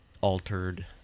altered